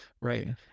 right